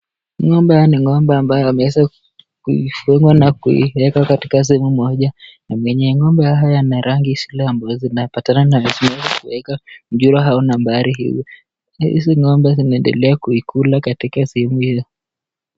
Ng'ombe hawa ni ng'ombe ambao wameweza kufungwa na kuwekwa katika sehemu moja. Na wenyewe ng'ombe hawa wana rangi zile ambazo zinapatana. Na zimeweza kuwekwa namba hizo. Hizi ng'ombe zinaendelea kukula katika sehemu hiyo.